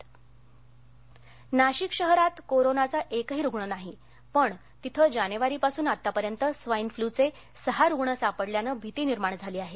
swine flu Nashik शहरात कोरोनाचा एकही रुग्ण नाही पण तिथे जानेवारी पासून आत्तापर्यत स्वाईन फ्लूचे सहा रूग्ण सापडल्यानं भिती निर्माण झाली आहे